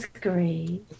great